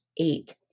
eight